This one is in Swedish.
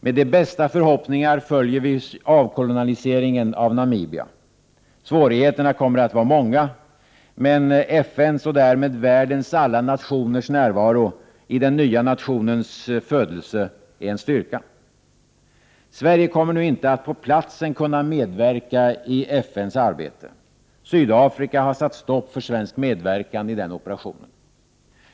Med de bästa förhoppningar följer vi avkolonialiseringen av Namibia. Svårigheterna kommer att vara många, men FN:s och därmed världens alla nationers närvaro i den nya nationens födelse är en styrka. Sverige kommer nu inte att på platsen kunna medverka i FN:s arbete. Sydafrika har satt stopp för svensk medverkan i den operationen.